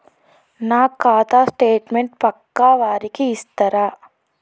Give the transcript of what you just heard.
నా ఖాతా స్టేట్మెంట్ పక్కా వారికి ఇస్తరా?